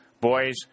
Boys